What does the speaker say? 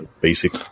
basic